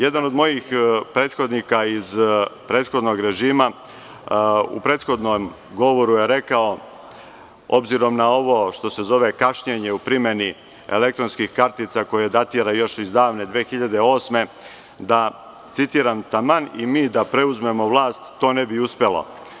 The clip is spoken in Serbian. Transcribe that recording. Jedan od mojih prethodnika iz prethodnog režima u svom govoru je rekao, obzirom na ovo što se zove kašnjenje u primeni elektronskih kartica koje datira još iz davne 2008. godine, da citiram, taman i mi da preuzmemo vlast to ne bi uspelo.